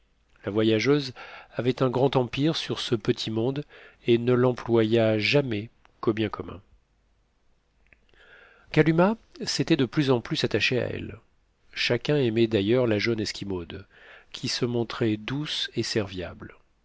la voyageuse avait un grand empire sur ce petit monde et ne l'employa jamais qu'au bien commun kalumah s'était de plus en plus attachée à elle chacun aimait d'ailleurs la jeune esquimaude qui se montrait douce et serviable